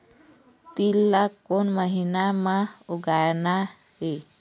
तील ला कोन महीना म उगाना ये?